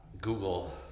Google